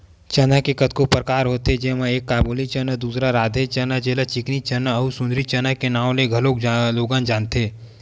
चना के कतको परकार होथे जेमा एक काबुली चना, दूसर राधे चना जेला चिकनी चना अउ सुंदरी चना के नांव ले घलोक लोगन जानथे